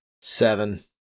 Seven